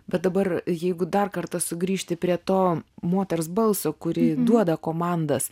bet dabar jeigu dar kartą sugrįžti prie to moters balso kuri duoda komandas